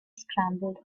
scrambled